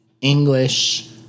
English